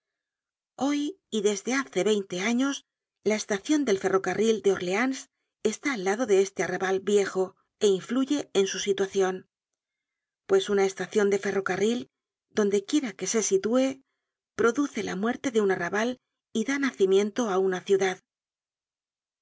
hoy y desde hace veinte años la estacion del ferro carril de orleans está al lado de este arrabal viejo é influye en su situacion pues una estacion de ferrocarril donde quiera que se sitúe produce la muerte de un arrabal y da nacimiento á una ciudad